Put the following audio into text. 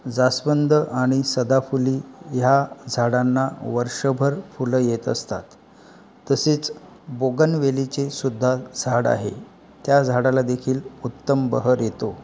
जास्वंद आणि सदाफुली ह्या झाडांना वर्षभर फुलं येत असतात तसेच बोगनवेलीचे सुद्धा झाड आहे त्या झाडाला देखील उत्तम बहर येतो